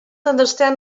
understand